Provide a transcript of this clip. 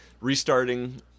restarting